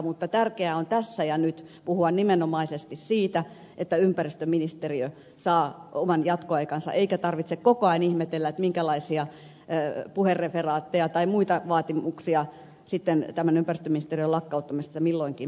mutta tärkeää on tässä ja nyt puhua nimenomaisesti siitä että ympäristöministeriö saa oman jatkoaikansa eikä tarvitse koko ajan ihmetellä minkälaisia puhereferaatteja tai muita vaatimuksia ympäristöministeriön lakkauttamisesta milloinkin esitetään